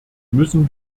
müssen